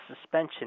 suspension